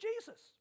Jesus